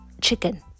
chicken